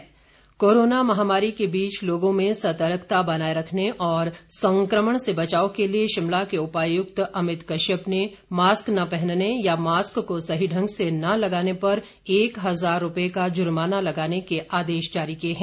DC Shimla corona महामारी के बीच लोगों में सतर्कता बनाए रखने और संक्रमण से बचाव के लिए शिमला के उपायुक्त अमित कश्यप ने मास्क न पहनने या मास्क को सही ढंग से न लगाने पर एक हजार रुपये का जुर्माना लगाने के आदेश जारी किए हैं